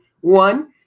one